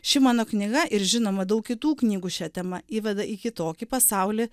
ši mano knyga ir žinoma daug kitų knygų šia tema įveda į kitokį pasaulį